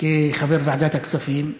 כחבר ועדת הכספים.